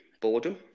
boredom